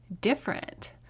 different